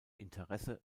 interesse